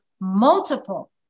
multiple